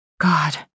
God